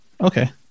Okay